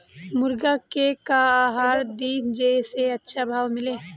मुर्गा के का आहार दी जे से अच्छा भाव मिले?